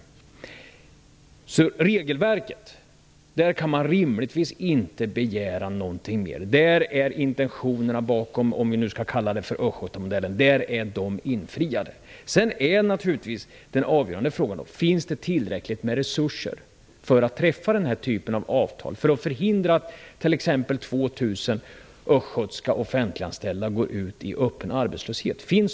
Vad gäller regelverket kan man rimligtvis inte begära mer. Där är intentionerna bakom Östgötamodellen, om vi nu skall kalla den så, infriade. Den avgörande frågan är naturligtvis om det finns tillräckligt med resurser för att träffa den här typen av avtal och för att förhindra att t.ex. 2 000 offentliganställda i Östergötland går ut i öppen arbetslöshet.